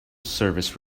service